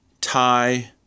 Thai